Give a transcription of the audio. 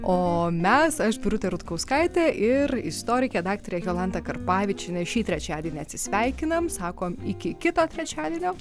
o mes aš birutė rutkauskaitė ir istorikė daktarė jolanta karpavičienė šį trečiadienį atsisveikinam sakom iki kito trečiadienio